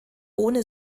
ohne